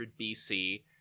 BC